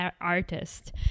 artist